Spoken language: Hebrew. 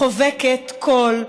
חובקת כול,